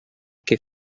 què